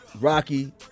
Rocky